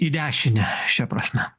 į dešinę šia prasme